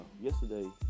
yesterday